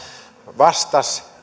vastasi